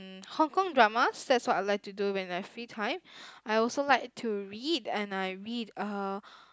um Hong-Kong dramas that's what I like to do when I have free time I also like to read and I read uh